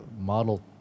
model